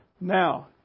Now